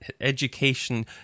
education